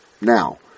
Now